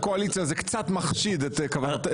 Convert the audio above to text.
בבקשה מיכאל ביטון.